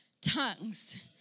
tongues